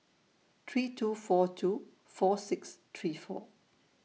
three two four two four six three four